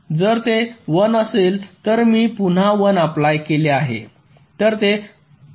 जर ते 1 असेल तर मी पुन्हा 1 अप्लाय केले आहे